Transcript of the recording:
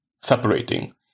separating